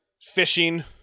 fishing